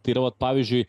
tai yra vat pavyzdžiui